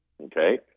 okay